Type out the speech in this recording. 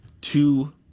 two